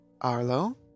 Arlo